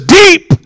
deep